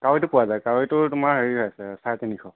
কাৱৈটো পোৱা যায় কাৱৈটো তোমাৰ হেৰি হয় আছে চাৰে তিনিশ